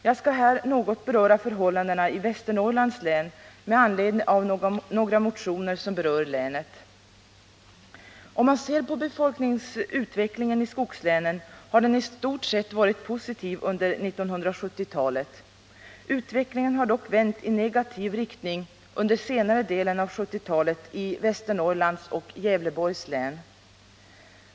Jag skall här något beröra förhållandena i Västernorrlands län med anledning av några motioner som berör länet. Om man ser på befolkningsutvecklingen i skogslänen finner man att den i stort sett har varit positiv under 1970-talet. Utvecklingen har dock vänt i negativ riktning under senare delen av 1970-talet i Västernorrlands och Gävleborgs län.